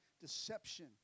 deception